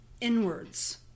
inwards